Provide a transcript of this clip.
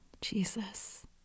Jesus